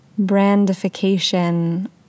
brandification